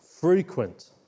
frequent